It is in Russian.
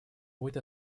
будет